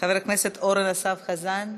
חבר הכנסת אורן אסף חזן.